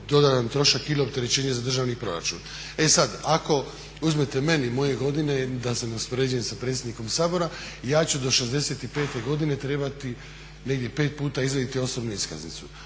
dodatan trošak ili opterećenje za državni proračun. E sada ako uzmete mene i moje godine, da se ne uspoređujem sa predsjednikom Sabora, ja ću do 65 godine trebati negdje 5 puta izvaditi osobnu iskaznicu,